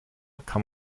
kann